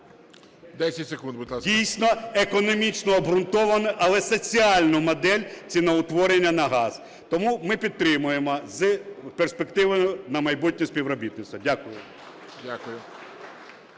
…дійсно економічно обґрунтовану, але соціальну модель ціноутворення на газ. Тому ми підтримуємо з перспективою на майбутнє співробітництво. Дякую.